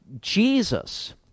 Jesus